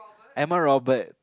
Emma Robert